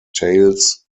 tails